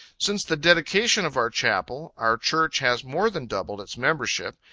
since the dedication of our chapel, our church has more than doubled its membership,